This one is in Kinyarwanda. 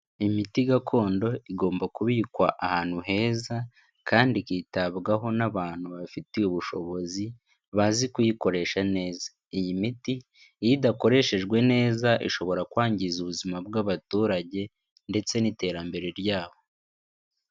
Imiti gakondo igomba kubikwa ahantu heza, kandi ikitabwaho n'abantu babifitiye ubushobozi, bazi kuyikoresha neza. Iyi miti iyo idakoreshejwe neza, ishobora kwangiza ubuzima bw'abaturage ndetse n'iterambere ryabo.